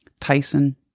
Tyson